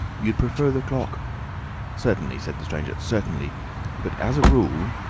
you'd prefer the clock certainly, said the stranger, certainly but, as a rule,